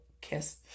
kiss